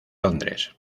londres